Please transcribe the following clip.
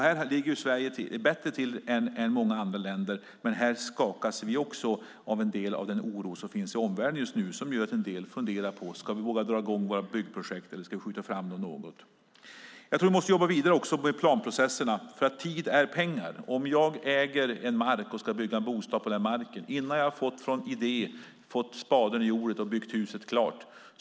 Här ligger Sverige bättre till än många andra länder, men också vi skakas en del av den oro som finns i omvärlden och som gör att en del funderar på: Ska vi våga dra i gång våra byggprojekt, eller ska vi skjuta fram dem något? Jag tror att vi måste jobba vidare med planprocesserna, för tid är pengar. Om jag äger en mark och ska bygga bostad på den marken, kostar det pengar varje dag innan jag från idén har fått spaden i jorden och byggt huset klart.